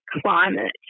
climate